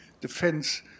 defense